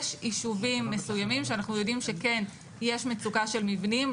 יש יישובים מסוימים שאנחנו יודעים שכן יש מצוקה של מבנים,